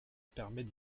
permet